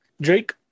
Drake